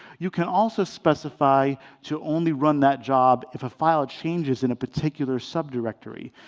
you can also specify to only run that job if a file changes in a particular subdirectory.